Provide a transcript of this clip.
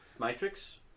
Matrix